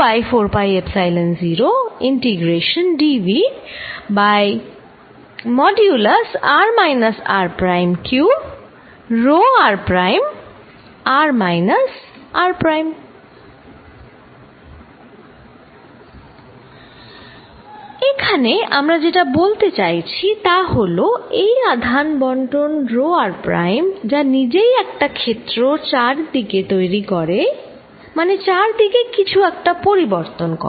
এখানে আমরা যেটা বলতে চাইছি তা হল এই আধান বন্টন rho r প্রাইম যা নিজেই একটা ক্ষেত্র চারিদিকে তৈরি করে মানে চারিদিকে কিছু একটা পরিবর্তন করে